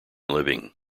living